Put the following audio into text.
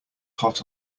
hot